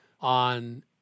on